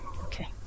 Okay